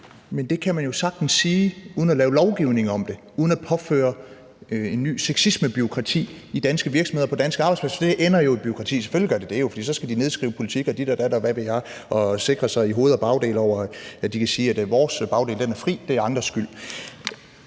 Men det kan man jo sagtens sige uden at lave lovgivning om det, uden at påføre et nyt sexismebureaukrati i danske virksomheder og på danske arbejdspladser, for det ender jo i bureaukrati – selvfølgelig gør det det, for så skal de jo nedskrive politik og dit og dat, og hvad ved jeg, og sikre sig i hoved og bagdel, så de kan sige: Vores bagdel er fri, det er andres skyld.